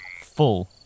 full